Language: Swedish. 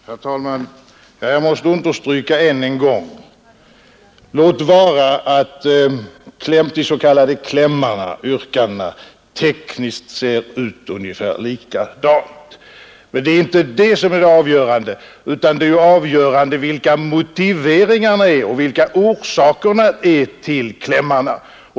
Herr talman! Jag måste än en gång understryka en sak. Låt vara att de s.k. klämmarna tekniskt sett har ungefär samma utseende. Men det är inte det som är avgörande. Det avgörande är vilka motiveringar som ligger bakom.